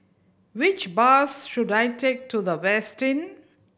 which bus should I take to The Westin